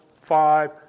five